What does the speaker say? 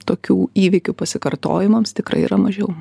tokių įvykių pasikartojimams tikrai yra mažiau